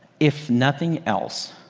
if nothing else,